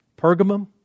Pergamum